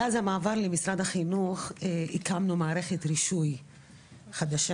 מאז המעבר למשרד החינוך, הקמנו מערכת רישוי חדשה.